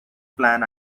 plan